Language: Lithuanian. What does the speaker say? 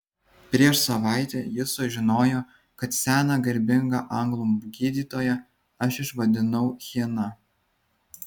prieš savaitę jis sužinojo kad seną garbingą anglų gydytoją aš išvadinau hiena